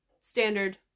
Standard